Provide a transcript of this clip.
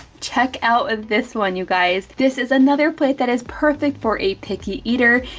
check out this one you guys. this is another plate that is perfect for a picky eater.